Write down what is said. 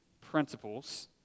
principles